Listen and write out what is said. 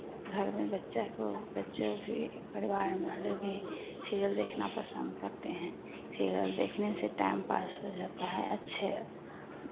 घर में बच्चा को बच्चाें भी परिवार वालो भी सीरियल देखना पसंद करते हैं सीरियल देखने से टाइम पास हो जाता है अच्छे